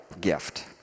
gift